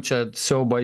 čia siaubą